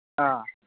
ꯑꯥ